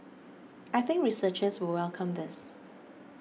I think researchers will welcome this